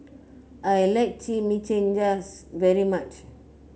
I like Chimichangas very much